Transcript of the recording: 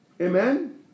Amen